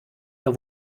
der